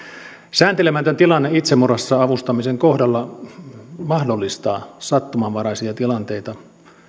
sääntelemätön tilanne itsemurhassa avustamisen kohdalla mahdollistaa sattumanvaraisia tilanteita